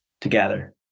together